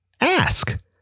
ask